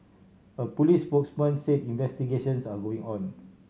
a police spokesman said investigations are going on